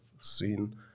seen